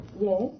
Yes